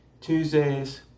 Tuesdays